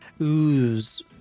Ooze